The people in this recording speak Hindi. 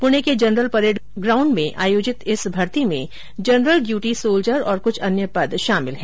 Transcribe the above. पुणे के जनरल परेड ग्राउण्ड में आयोजित इस भर्ती में जनरल ड्यूटी सोल्जर तथा कुछ अन्य पद शामिल है